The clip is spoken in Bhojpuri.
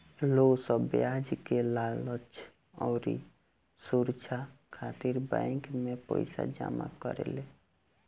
लोग सब ब्याज के लालच अउरी सुरछा खातिर बैंक मे पईसा जमा करेले